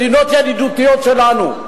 הן מדינות ידידותיות לנו.